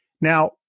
Now